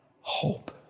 hope